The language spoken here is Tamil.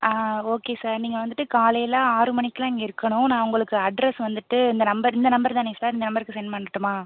ஓகே சார் நீங்கள் வந்துட்டு காலையில் ஆறு மணிக்கெலாம் இங்கே இருக்கணும் நான் உங்களுக்கு அட்ரஸ் வந்துட்டு இந்த நம்பர் இந்த நம்பர் தானே சார் இந்த நம்பருக்கு சென்ட் பண்ணட்டுமா